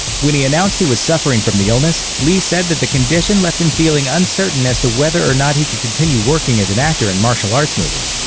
when he announced he was suffering from the illness, li said that the condition left him feeling uncertain as to whether or not he could continue working as an actor in martial arts movies.